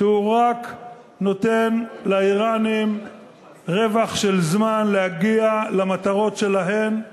שהוא רק נותן לאיראנים רווח של זמן להגיע למטרות שלהם.